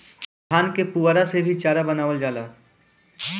धान के पुअरा से भी चारा बनावल जाला